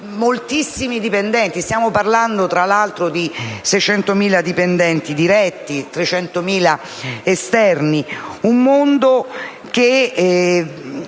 moltissimi dipendenti. Stiamo parlando, tra l'altro, di 600.000 dipendenti diretti, 300.000 esterni: un mondo che